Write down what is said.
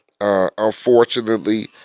unfortunately